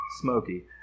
smoky